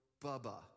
Bubba